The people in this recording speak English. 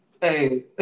Hey